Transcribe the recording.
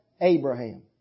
Abraham